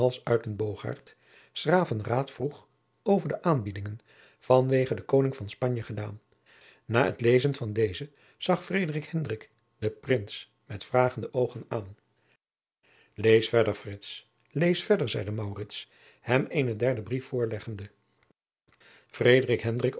s graven raad vroeg over de aanbiedingen van wege den koning van spanje gedaan na het lezen van dezen zag frederik hendrik den prins met vragende oogen aan lees verder frits lees verder zeide maurits hem eenen derden brief voorleggende